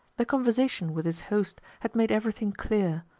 the conversation with his host had made everything clear,